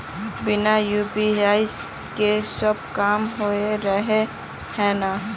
बिना यु.पी.आई के सब काम होबे रहे है ना?